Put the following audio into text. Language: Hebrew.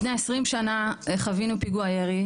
לפני 20 שנה חווינו פיגוע ירי,